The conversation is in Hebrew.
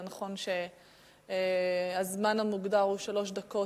זה נכון שהזמן המוגדר הוא שלוש דקות,